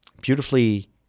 beautifully